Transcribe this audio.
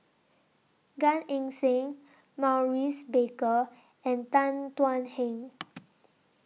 Gan Eng Seng Maurice Baker and Tan Thuan Heng